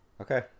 okay